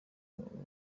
uko